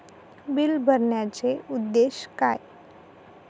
Bill भरण्याचे उद्देश काय?